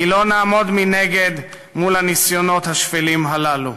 כי לא נעמוד מנגד מול הניסיונות השפלים הללו.